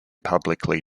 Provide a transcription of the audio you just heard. publicly